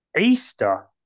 Easter